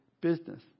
business